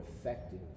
effective